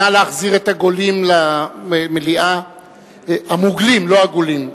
נא להחזיר את הגולים למליאה, המוגלים, לא הגולים.